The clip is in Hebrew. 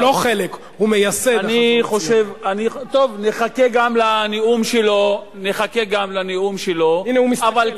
הרצל הוא חלק מהחלום הציוני, זה בסדר.